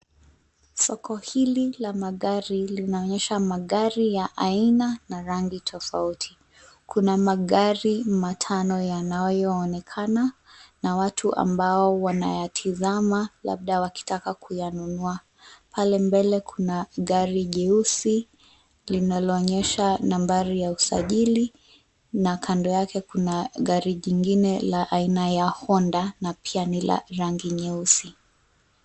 Soko hili la magari linaonyesha magari ya aina na rangi tofauti. Kuna magari matano yanayoonekana na watu ambao wanayatizama labda wakitaka kuyanunua, pale mbele kuna gari jeusi linalonyesha nambari ya usajili na kando yake kuna gari jingine la aina ya Honda na pia ni la rangi nyeusi.